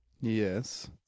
Yes